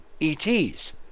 ETs